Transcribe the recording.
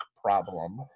problem